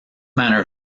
manner